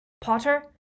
Potter